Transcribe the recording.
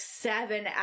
seven